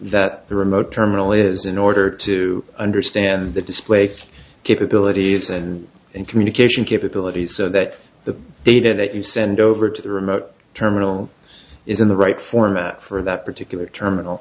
that the remote terminal is in order to understand the display capabilities and communication capabilities so that the data that you send over to the remote terminal is in the right format for that particular terminal